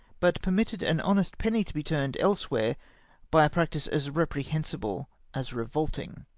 but permitted an honest penny to be turned elsewhere by a practice as reprehensible as revolting.